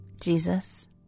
Jesus